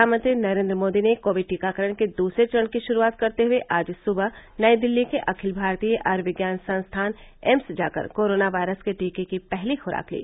प्रधानमंत्री नरेन्द्र मोदी ने कोविड टीकाकरण के दूसरे चरण की शुरूआत करते हुए आज सुबह नई दिल्ली के अखिल भारतीय आयूर्विज्ञान संस्थान एम्स जाकर कोरोना वायरस के टीके की पहली खुराक ली